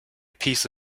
piece